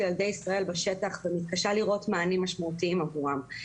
ילדי ישראל בשטח ומתקשה לראות מענים משמעותיים עבורם.